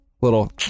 little